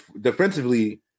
defensively –